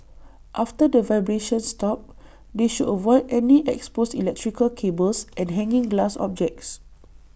after the vibrations stop they should avoid any exposed electrical cables and hanging glass objects